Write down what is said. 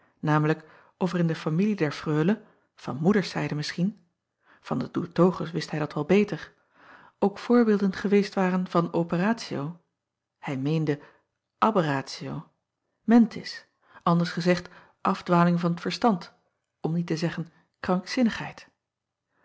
namelijk of er in de familie der reule van moederszijde misschien van de oertoghes wist hij dat wel beter ook voorbeelden geweest waren van operatio hij meende aberratio mentis anders gezegd afdwaling van t verstand om niet te zeggen krankzinnigheid